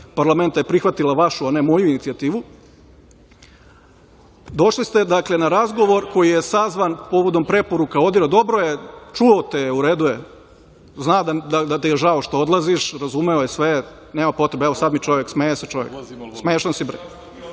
parlamenta je prihvatila vašu, a ne moju inicijativu, došli ste, dakle, na razgovor koji je sazvan povodom preporuka ODIHR.Dobro je, čuo te je, zna da ti je žao što odlaziš, razumeo je sve, nema potrebe. Evo, smeje se čovek. Smešan si, bre.